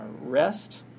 rest